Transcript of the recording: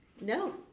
No